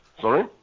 Sorry